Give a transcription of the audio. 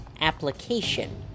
application